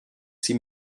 sie